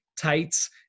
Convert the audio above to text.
tights